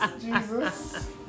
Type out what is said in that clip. Jesus